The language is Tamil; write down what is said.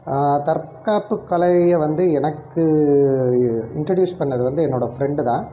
தற்காப்பு கலையை வந்து எனக்கு இன்ரட்யூஸ் பண்ணிணது வந்து என்னோடய ஃப்ரெண்டு தான்